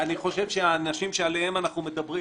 אני חושב שהאנשים שעליהם אנחנו מדברים